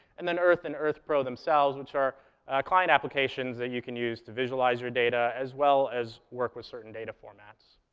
and then earth and earth pro themselves, which are client applications that you can use to visualize your data as well as work with certain data formats.